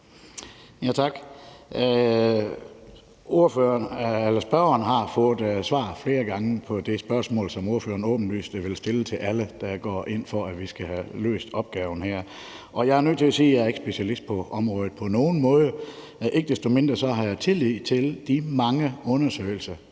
Tak. Spørgeren har fået svar flere gange på det spørgsmål, som spørgeren åbenlyst vil stille til alle, der går ind for, at vi skal have løst opgaven her. Jeg er nødt til at sige, at jeg ikke er specialist på området på nogen måde. Ikke desto mindre har jeg tillid til de mange undersøgelser,